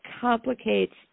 complicates